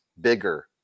bigger